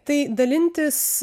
tai dalintis